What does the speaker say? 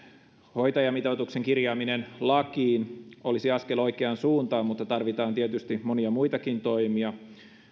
hoitajamitoituksen kirjaaminen lakiin olisi askel oikeaan suuntaan mutta tarvitaan tietysti monia muitakin toimia